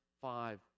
five